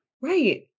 Right